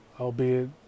albeit